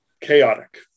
Chaotic